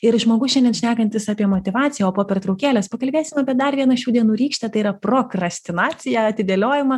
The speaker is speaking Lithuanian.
ir žmogus šiandien šnekantis apie motyvaciją o po pertraukėlės pakalbėsim apie dar vieną šių dienų rykštę tai yra prokrastinaciją atidėliojimą